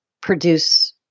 produce